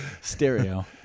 Stereo